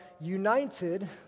united